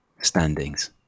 standings